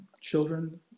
children